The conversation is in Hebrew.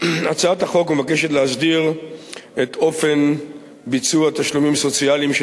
הצעת החוק מבקשת להסדיר את אופן ביצוע התשלומים הסוציאליים של